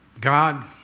God